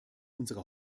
unsere